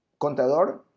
Contador